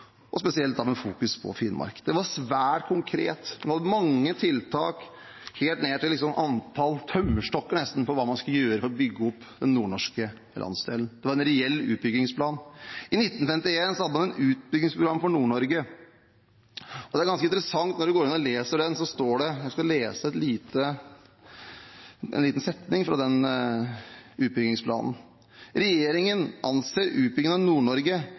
spesielt med fokus på Finnmark. Den var svært konkret, det var mange tiltak, nesten helt ned til antall tømmerstokker, for hva man skulle gjøre for å bygge opp den nordnorske landsdelen. Det var en reell utbyggingsplan. I 1951 hadde man et utbyggingsprogram for Nord-Norge, og det er ganske interessant når man går inn og leser det. Jeg skal lese en liten setning fra den utbyggingsplanen: Regjeringen anser utbyggingen av